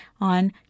on